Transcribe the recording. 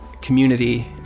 community